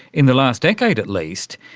in the last decade at least,